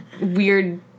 weird